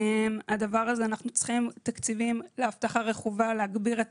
אנחנו צריכים להגביר את